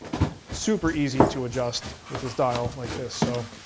super easy to adjust with this dial like this. so